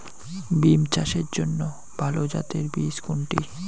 বিম চাষের জন্য ভালো জাতের বীজ কোনটি?